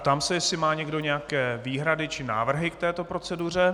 Ptám se, jestli má někdo nějaké výhrady či návrhy k této proceduře.